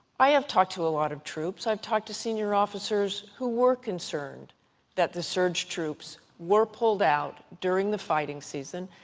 i have talked to a lot of troops. i've talked to senior officers who were concerned that the surge troops were pulled out during the fighting season,